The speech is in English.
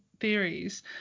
theories